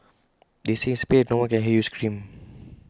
they say in space no one can hear you scream